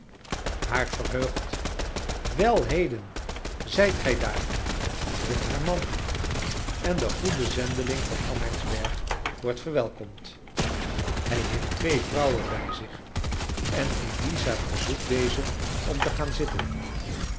haar verheugd wel heden zijt gij daar roept haar man en de goede zendeling van amhertsberg wordt verwelkomd hij heeft twee vrouwen bij zich en eliza verzoekt dezen om te gaan zitten